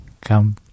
come